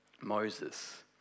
Moses